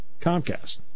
Comcast